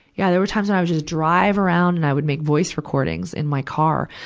yeah, there were times when i would just drive around and i would make voice recording in my car.